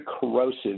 corrosive